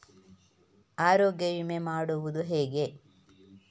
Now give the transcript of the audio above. ಆರೋಗ್ಯ ವಿಮೆ ಮಾಡುವುದು ಹೇಗೆ?